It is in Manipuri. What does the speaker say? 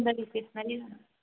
ꯁꯨꯟꯗꯔꯤ ꯏꯁꯇꯦꯁꯅꯔꯤꯔ